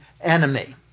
enemy